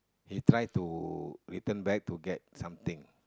he try to return back to get something